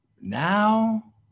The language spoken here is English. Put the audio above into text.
Now